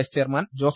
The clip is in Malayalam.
vice chairman Jose